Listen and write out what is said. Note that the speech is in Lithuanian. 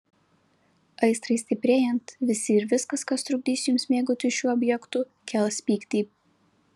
aistrai stiprėjant visi ir viskas kas trukdys jums mėgautis šiuo objektu kels pyktį